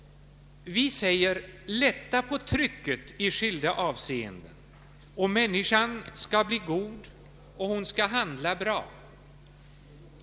I skilda avseenden säger vi: Lätta på trycket, och människan skall bli god och handla väl!